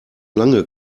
lange